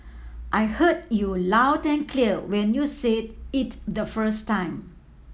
I heard you loud and clear when you said it the first time